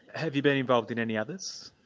have you been involved in any others?